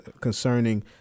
concerning